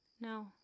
No